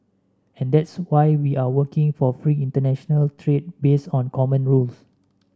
and that's why we are working for free international trade based on common rules